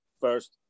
first